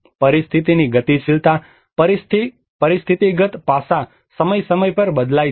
પરિસ્થિતિની ગતિશીલતા પરિસ્થિતિગત પાસા સમય સમય પર બદલાય છે